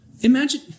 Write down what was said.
Imagine